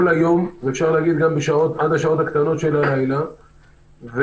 היום ואפשר להגיד עד השעות הקטנות של הלילה וחווים